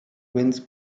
wins